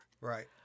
Right